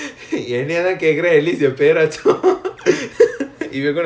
ya